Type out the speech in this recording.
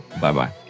Bye-bye